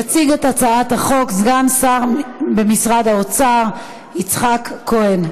יציג את הצעת החוק סגן השר במשרד האוצר, יצחק כהן.